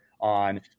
on